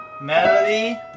Melody